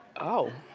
oh.